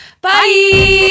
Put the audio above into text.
Bye